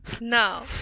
No